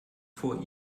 vor